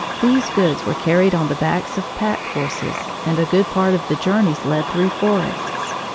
these goods were carried on the backs of pack horses, and a good part of the journeys led through forests.